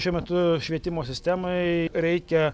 šiuo metu švietimo sistemai reikia